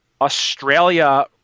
Australia